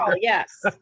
Yes